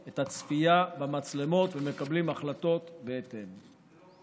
את הצפייה במצלמות ומקבלים החלטות בהתאם.